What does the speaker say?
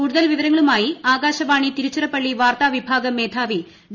കൂടുതൽ ് വിവരങ്ങളുമായി ആകാശവാണി തിരുച്ചിറപ്പള്ളി വാർത്താവിഭാഗം മേധാവി ഡോ